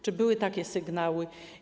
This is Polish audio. Czy były takie sygnały?